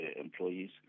employees